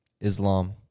Islam